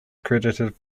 credited